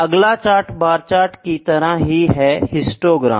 अगला chart bar chart की तरह ही है हिस्टोग्राम